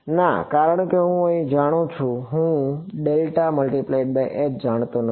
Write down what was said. ના કારણ કે હું જાણું છું કે હું જાણતો નથી